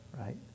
right